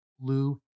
Lou